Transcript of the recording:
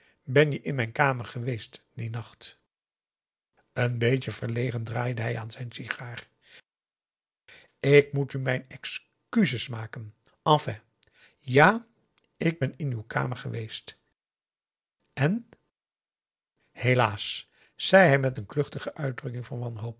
ben je in mijn kamer geweest dien nacht een beetje verlegen draaide hij aan zijn sigaar ik moet u mijn excuses maken enfin ja ik ben in uw kamer geweest en helaas zei hij met een kluchtige uitdrukking van wanhoop